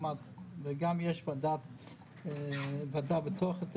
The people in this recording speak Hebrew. ויש גם ועדה בתוך,